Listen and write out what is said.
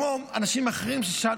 כמו אנשים אחרים ששאלו.